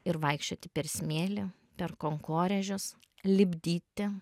ir vaikščioti per smėlį per kankorėžius lipdyti